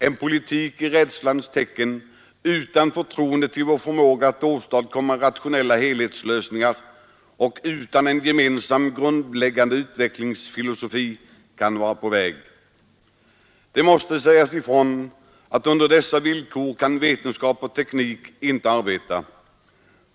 En politik i rädslans tecken, utan förtroende till vår förmåga att åstadkomma rationella helhetslösningar och utan en gemensam grundläggande utvecklingsfilosofi kan vara på väg. Det måste sägas ifrån att under dessa villkor kan vetenskap och teknik inte arbeta.